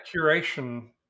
curation